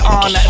on